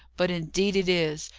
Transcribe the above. but indeed it is.